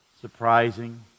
surprising